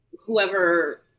whoever